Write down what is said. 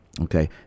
Okay